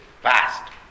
fast